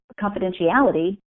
confidentiality